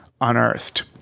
unearthed